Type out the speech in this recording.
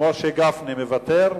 משה גפני, מוותר?